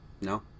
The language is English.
No